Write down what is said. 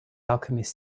alchemist